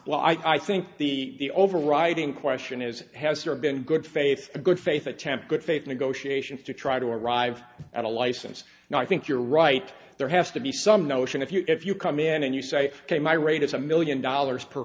well i think the overriding question is has there been good faith a good faith attempt good faith negotiations to try to arrive at a license and i think you're right there has to be some notion if you if you come in and you say ok my rate is a million dollars per